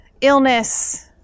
illness